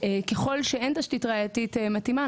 ככל שאין תשתית ראייתית מתאימה,